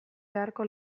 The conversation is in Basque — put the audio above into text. beharko